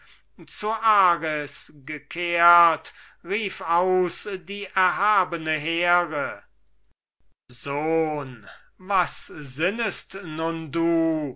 zu ares gekehrt rief aus die erhabene here sohn was sinnest nun du